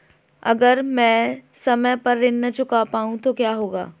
अगर म ैं समय पर ऋण न चुका पाउँ तो क्या होगा?